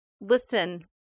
listen